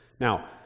Now